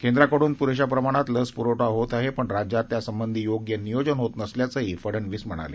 केंद्राकडून पुरेशा प्रमाणात लस पुरवठा होत आहे पण राज्यात त्यासंबधी योग्य नियोजन होत नसल्याचंही फडनवीस म्हणाले